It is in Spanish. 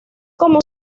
como